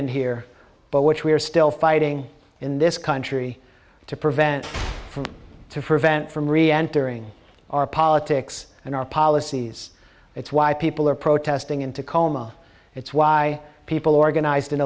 d here but which we are still fighting in this country to prevent from to prevent from re entering our politics and our policies it's why people are protesting in tacoma it's why people organized in